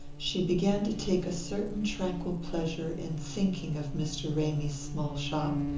she began to take a certain tranquil pleasure in thinking of mr. ramy's small shop,